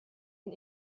den